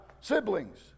siblings